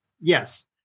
Yes